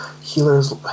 healers